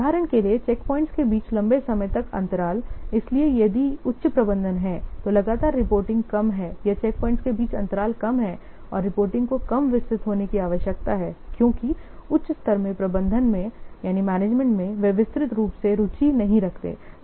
उदाहरण के लिए चैकपॉइंट्स के बीच लंबे समय तक अंतराल इसलिए यदि उच्च प्रबंधन है तो लगातार रिपोर्टिंग कम है या चैकपॉइंट्स के बीच अंतराल कम है और रिपोर्टिंग को कम विस्तृत होने की आवश्यकता है क्योंकि उच्च स्तर के मैनेजमेंट में वे विस्तृत रूप से रुचि नहीं रखते हैं